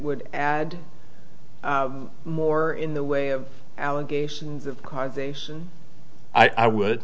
would add more in the way of allegations of causation i would